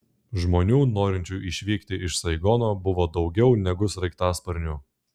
žmonių norinčių išvykti iš saigono buvo daugiau negu sraigtasparnių